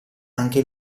anche